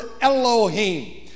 Elohim